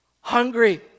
Hungry